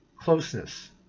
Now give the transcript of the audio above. closeness